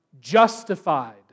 justified